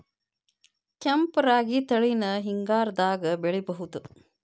ಕೆಂಪ ರಾಗಿ ತಳಿನ ಹಿಂಗಾರದಾಗ ಬೆಳಿಬಹುದ?